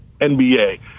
NBA